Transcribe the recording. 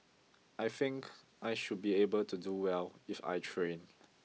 I think I should be able to do well if I train